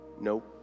No